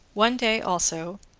one day also,